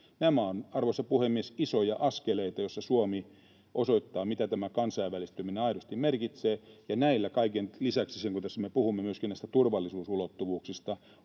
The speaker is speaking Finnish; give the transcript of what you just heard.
Nämä ovat, arvoisa puhemies, isoja askeleita, joissa Suomi osoittaa, mitä tämä kansainvälistyminen aidosti merkitsee, ja näillä kaiken lisäksi, kun me tässä puhumme myöskin näistä turvallisuusulottuvuuksista,